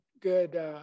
good